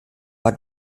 war